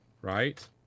right